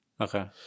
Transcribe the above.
Okay